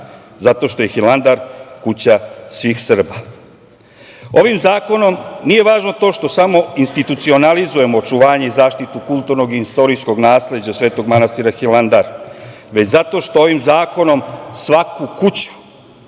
zato što je Hilandar kuća svih Srba. Ovim zakonom, nije važno to što samo institucionalizujemo očuvanje i zaštitu kulturnog i istorijskog nasleđa svetog manastira Hilandar, već zato što ovim zakonom svaku kuću,